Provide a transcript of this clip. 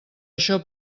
això